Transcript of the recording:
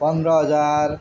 पन्ध्र हजार